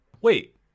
Wait